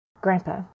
Grandpa